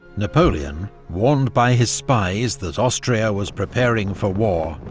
napoleon, warned by his spies that austria was preparing for war,